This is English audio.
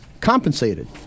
compensated